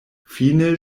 fine